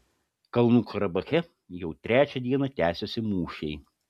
kalnų karabache jau trečią dieną tęsiasi mūšiai